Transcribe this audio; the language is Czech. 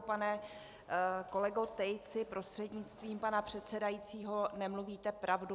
Pane kolego Tejci prostřednictvím pana předsedajícího, nemluvíte pravdu.